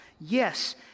yes